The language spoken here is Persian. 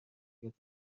تقویت